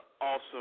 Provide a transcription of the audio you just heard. awesome